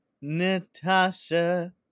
Natasha